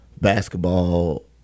basketball